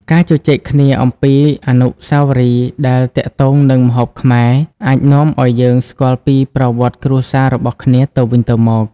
ការជជែកគ្នាអំពីអនុស្សាវរីយ៍ដែលទាក់ទងនឹងម្ហូបខ្មែរ អាចនាំឱ្យយើងស្គាល់ពីប្រវត្តិគ្រួសាររបស់គ្នាទៅវិញទៅមក។